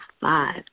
five